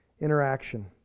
interaction